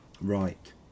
Right